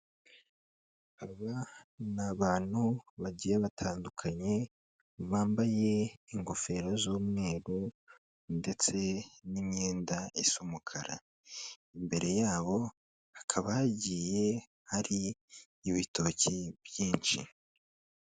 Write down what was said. Aba ni abantu bagiye batandukanye bambaye ingofero z'umweru ndetse n'imyenda isa umukara, imbere yabo hakaba hagiye hari ibitoki byinshi.